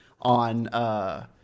on